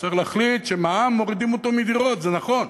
צריך להחליט שמע"מ מורידים אותו מדירות, זה נכון,